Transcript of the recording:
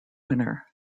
winner